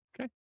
Okay